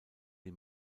die